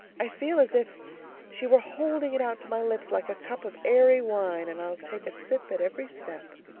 i feel as if she were holding it out to my lips like a cup of airy wine and i'll take a sip at every step.